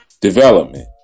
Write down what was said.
development